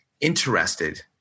interested